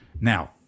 now